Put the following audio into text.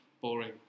boring